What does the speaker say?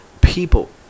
people